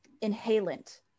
inhalant